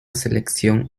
selección